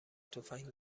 تفنگ